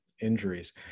injuries